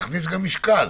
תכניס גם משקל: